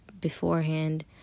beforehand